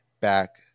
back